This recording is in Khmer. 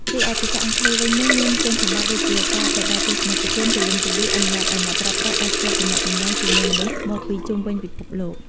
រីឯភាសាអង់គ្លេសវិញនោះមានគុណសម្បត្តិដូចជាការទៅដល់ទស្សនិកជនទូលំទូលាយ អនុញ្ញាតឲ្យអ្នកប្រើប្រាស់អាចភ្ជាប់ទំនាក់ទំនងជាមួយមនុស្សមកពីជុំវិញពិភពលោក។